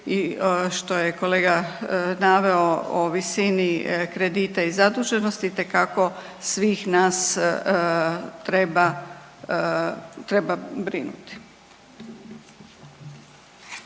što je kolega naveo o visini kredita i zaduženosti itekako svih nas treba, treba brinuti.